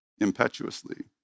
impetuously